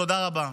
תודה רבה.